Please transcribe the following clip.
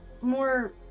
More